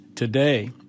today